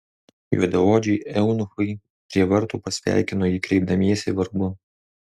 juodaodžiai eunuchai prie vartų pasveikino jį kreipdamiesi vardu